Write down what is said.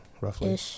roughly